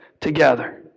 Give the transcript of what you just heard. together